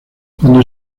cuando